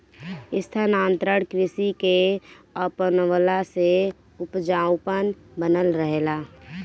स्थानांतरण कृषि के अपनवला से उपजाऊपन बनल रहेला